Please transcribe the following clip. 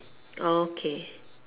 okay